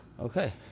Okay